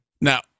Now